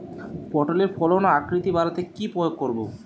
পটলের ফলন ও আকৃতি বাড়াতে কি প্রয়োগ করব?